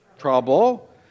trouble